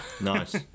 Nice